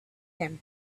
him